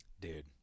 dude